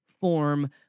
form